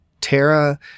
tara